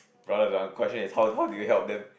rather than how the question is how how do you help them